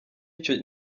icyo